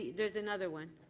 there's another one.